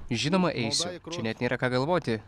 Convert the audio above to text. žinoma eisiu čia net nėra ką galvoti